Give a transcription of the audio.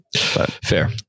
Fair